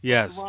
Yes